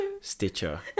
Stitcher